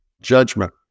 judgment